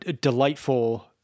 delightful